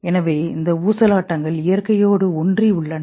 எனவே இந்த ஊசலாட்டங்கள் இயற்கையோடு ஒன்றி உள்ளன